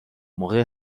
موقع